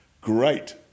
great